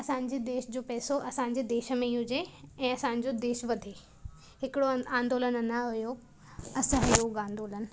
असांजी देश जो पैसो असांजे देश में हुजे ऐं असांजो देश वधे हिकिड़ो आंदोलन हुयो असहयोग आंदोलन